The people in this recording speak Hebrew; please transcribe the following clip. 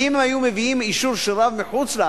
כי אם היו מביאים אישור של רב מחוץ-לארץ,